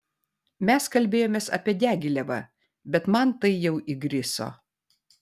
mes kalbėjomės apie diagilevą bet man tai jau įgriso